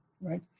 right